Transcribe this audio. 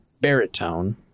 baritone